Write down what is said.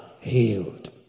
Healed